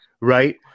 right